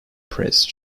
prince